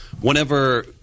whenever –